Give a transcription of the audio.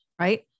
right